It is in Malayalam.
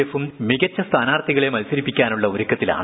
എഫും മികച്ച സ്ഥാനാർഥികളെ മത്സരിപ്പിക്കാനുള്ള ഒരുക്കത്തിലാണ്